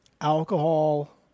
alcohol